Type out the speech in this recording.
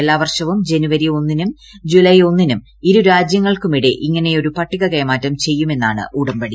എല്ലാ വർഷവും ജനുവരി ഒന്നിനും ജൂലൈ ഒന്നിനും ഇരുരാജൃങ്ങൾക്കുമിടെ ഇങ്ങനെയൊരു പട്ടിക കൈമാറ്റം ചെയ്യണമെന്നാണ് ഉടമ്പടി